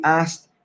asked